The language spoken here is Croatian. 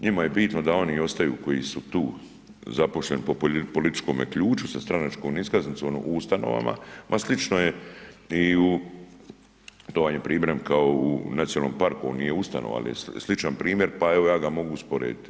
Njima je bitno da oni ostaju koji su tu zaposleni po političkome ključu sa stranačkom iskaznicom u ustanovama, ma slično je i u, to vam je primjer kao u nacionalnom parku, on nije ustanova ali je sličan primjer pa evo ja ga mogu usporediti.